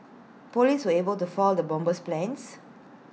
Police were able to foil the bomber's plans